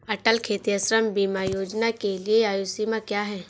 अटल खेतिहर श्रम बीमा योजना के लिए आयु सीमा क्या है?